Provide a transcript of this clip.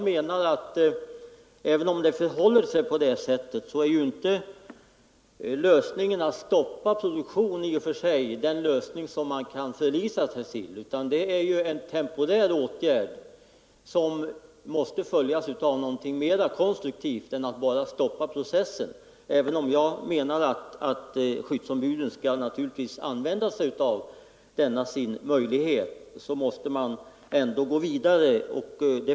Men även om det förhåller sig på detta sätt är inte beslutet att stoppa processen i och för sig den lösning som man kan förlita sig på, utan det är endast en temporär åtgärd som måste följas av något mera konstruktivt. Jag menar naturligtvis att skyddsombuden skall använda sig av denna sin möjlighet, men man måste ändå gå vidare.